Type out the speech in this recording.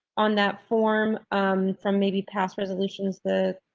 on that form from maybe past resolutions the.